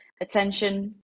attention